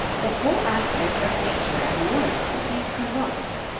the whole aspect of nature at once became convulsed.